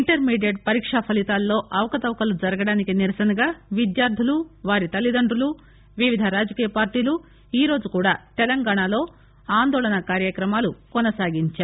ఇంటర్మీ duet పరీకా ఫలితాల్లో అవకతవకలు జరగడానికి నిరసనగా విద్యార్గులు వారి తల్లిదండ్రులు వివిధ రాజకీయ పార్లీలు ఈరోజు కూడా తెలంగాణలో ఆందోళన కార్యక్రమాలు కొనసాగించారు